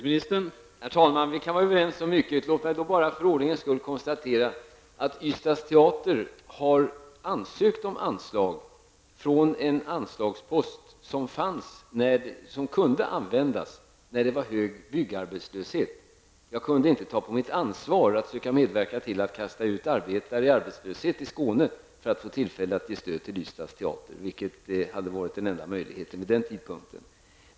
Herr talman! Vi kan vara överens om mycket. Låt mig bara för ordningens skull konstatera att Ystads teater har ansökt om anslag från en anslagspost som kunde användas när det var hög arbetslöshet inom byggbranschen. Jag kunde inte ta på mitt ansvar att söka medverka till att kasta ut arbetare i arbetslöshet i Skåne för att få tillfälle att ge stöd åt Ystads teater, vilket hade varit den enda möjligheten vid den tidpunkten.